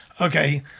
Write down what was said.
Okay